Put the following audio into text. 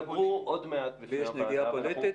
ידברו עוד מעט בפני הוועדה אנשים --- לי יש נגיעה פוליטית?